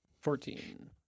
Fourteen